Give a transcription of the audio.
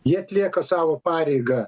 jie atlieka savo pareigą